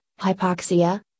hypoxia